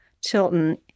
Tilton